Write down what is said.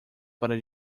para